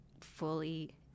fully